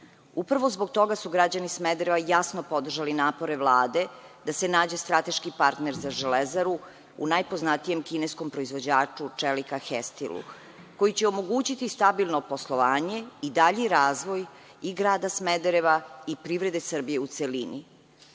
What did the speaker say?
Upravo zbog toga su građani Smedereva jasno podržali napore Vlade da se strateški partner za Železaru u najpoznatijem kineskom proizvođaču čelika „Hestilu“ koji će omogućiti stabilno poslovanje i dalji razvoj grada Smedereva i privrede Srbije u celini. Vlada